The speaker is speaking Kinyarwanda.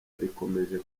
rikomeje